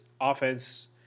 offense